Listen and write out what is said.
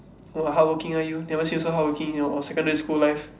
oh hardworking ah you never see you so hardworking in your secondary school life